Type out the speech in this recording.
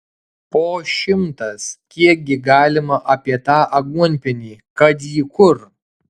po šimtas kiekgi galima apie tą aguonpienį kad jį kur